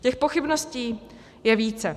Těch pochybností je více.